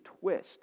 twist